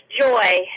joy